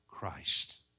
Christ